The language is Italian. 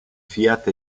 fiat